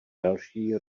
další